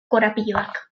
korapiloak